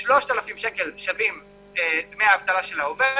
3,000 שקל דמי האבטלה של העובד